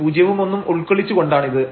പൂജ്യവും ഒന്നും ഉൾക്കൊള്ളിച്ചു കൊണ്ടാണിത്